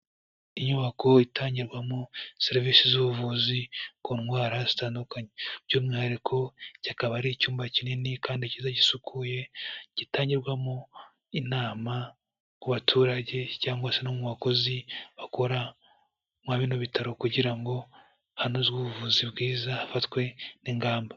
Inyubako itangirwamo serivisi z'ubuvuzi ku ndwara zitandukanye by'umwihariko cyikaba ari icyumba kinini kandi cyiza gisukuye gitangirwamo inama ku baturage cyangwa se no mu bakozi bakora mwa bino bitaro kugira ngo hanozwe ubuvuzi bwiza hafatwe n'ingamba.